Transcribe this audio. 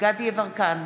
דסטה גדי יברקן,